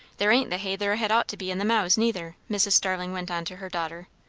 there ain't the hay there had ought to be in the mows, neither, mrs. starling went on to her daughter.